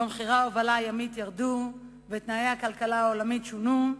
כשמחירי ההובלה הימית ירדו ותנאי הכלכלה העולמית שונו.